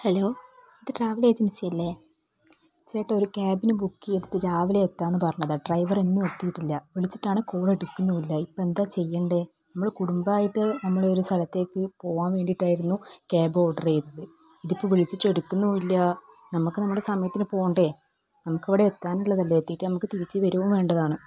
hello ഇത് travel agency അല്ലേ ചേട്ടാ ഒരു ക്യാബിന് ബുക്ക് ചെയ്തിട്ട് രാവിലെ എത്താമെന്ന് പറഞ്ഞതാണ് ഡ്രൈവറൊന്നും എത്തിയിട്ടില്ല വിളിച്ചിട്ടാണേൽ കോളെടുക്കുന്നുമില്ലാ ഇപ്പെന്താണ് ചെയ്യേണ്ടത് നമ്മൾ കുടുംബമായിട്ട് നമ്മളൊരു സ്ഥലത്തേക്ക് പോകാൻ വേണ്ടീട്ടായിരുന്നു ക്യാബ് ഓഡറ് ചെയ്തത് ഇതിപ്പം വിളിച്ചിട്ട് എടുക്കുന്നുമില്ല നമുക്ക് നമ്മുടെ സമയത്തിന് പോകണ്ടേ നമുക്കവിടെ എത്താനുള്ളതല്ലേ എത്തീട്ട് നമുക്ക് തിരിച്ച് വരുവോം വേണ്ടതാണ്